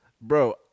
Bro